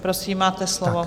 Prosím, máte slovo.